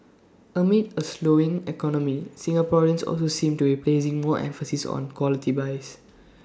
amid A slowing economy Singaporeans also seem to be placing more emphasis on quality buys